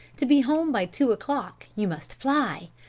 to be home by two o'clock you must fly!